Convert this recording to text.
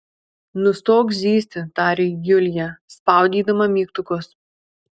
nustok zyzti tarė julija spaudydama mygtukus